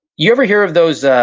you ever hear of those ah